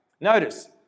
Notice